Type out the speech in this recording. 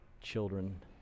children